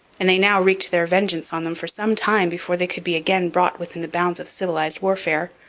and they now wreaked their vengeance on them for some time before they could be again brought within the bounds of civilized warfare.